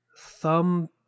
Thumb